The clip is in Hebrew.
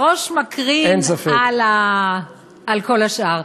הראש מקרין על כל השאר.